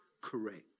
correct